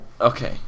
Okay